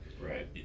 right